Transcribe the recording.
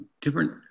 different